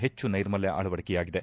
ಹೆಚ್ಚು ನೈರ್ಮಲ್ಯ ಅಳವಡಿಕೆಯಾಗಿದೆ